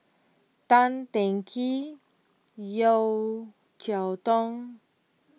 Tan Teng Kee Yeo Cheow Tong